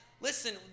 listen